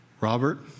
Robert